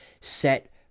set